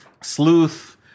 Sleuth